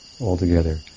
altogether